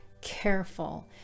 careful